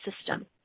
system